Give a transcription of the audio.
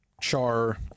char